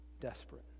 desperate